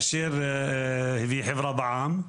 והיא חברה בע"מ,